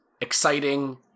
exciting